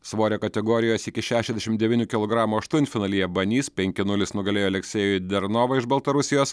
svorio kategorijos iki šešiasdešim devynių kilogramų aštuntfinalyje banys penki nulis nugalėjo aleksejų dernovą iš baltarusijos